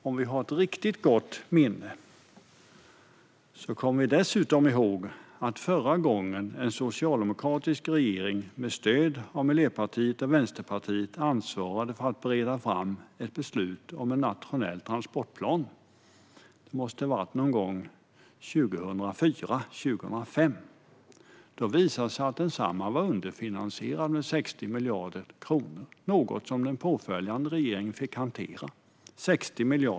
Om vi har riktigt gott minne kommer vi dessutom ihåg att förra gången en socialdemokratisk regering med stöd av Miljöpartiet och Vänsterpartiet ansvarade för att bereda beslut om en nationell transportplan måste ha varit någon gång 2004-2005. Då visade det sig att densamma var underfinansierad med 60 miljarder kronor - något som den påföljande regeringen fick hantera.